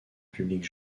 public